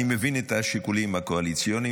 אני מבין את השיקולים הקואליציוניים,